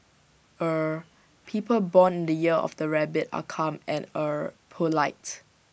er people born in the year of the rabbit are calm and er polite